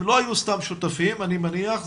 הם לא היו סתם שותפים אני מניח,